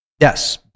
Yes